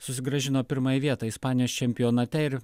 susigrąžino pirmąją vietą ispanijos čempionate ir